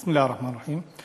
בסם אללה א-רחמאן א-רחים.